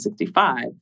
1965